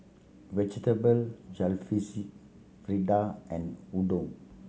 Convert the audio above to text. Vegetable Jalfrezi Fritada and Udon